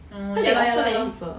oh ya lor ya lor ya lor